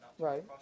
Right